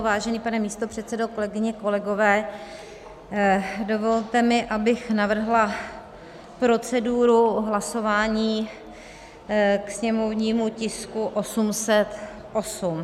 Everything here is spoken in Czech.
Vážený pane místopředsedo, kolegyně, kolegové, dovolte mi, abych navrhla proceduru hlasování ke sněmovnímu tisku 808.